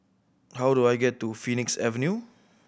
how do I get to Phoenix Avenue